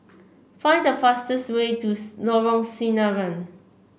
find the fastest way to Lorong Sinaran